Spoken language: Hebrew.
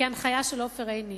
כהנחיה של עופר עיני,